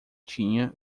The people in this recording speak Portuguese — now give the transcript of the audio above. tinha